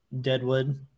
Deadwood